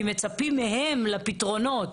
כי מצפים מהם לפתרונות